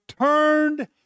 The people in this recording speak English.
turned